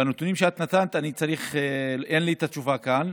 בנתונים שאת נתת, אין לי התשובה כאן.